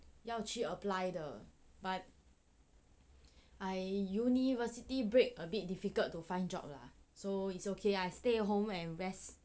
要去 apply 的 but I university break a bit difficult to find job lah so it's okay I stay at home and rest